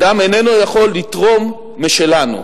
אדם איננו יכול לתרום משלנו,